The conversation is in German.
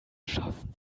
schaffen